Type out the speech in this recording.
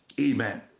Amen